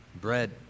bread